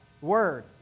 word